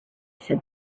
said